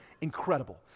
incredible